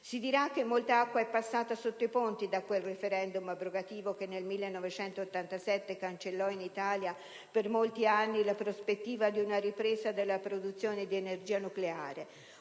Si dirà che molta acqua è passata sotto i ponti da quel *referendum* abrogativo che nel 1987 cancellò in Italia per molti anni la prospettiva di una ripresa della produzione di energia nucleare.